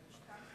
אדוני היושב-ראש,